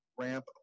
ramp